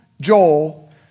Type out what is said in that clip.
Joel